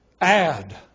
Add